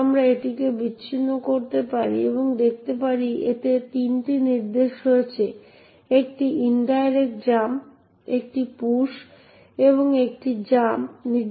আমরা এটিকে বিচ্ছিন্ন করতে পারি এবং দেখতে পারি যে এতে তিনটি নির্দেশ রয়েছে একটি ইনডাইরেক্ট জাম্প একটি পুশ এবং একটি জাম্প নির্দেশ